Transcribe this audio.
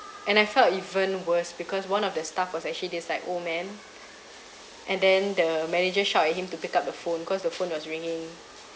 and I felt even worse because one of the staff was actually this like old man and then the manager shout at him to pick up the phone cause the phone was ringing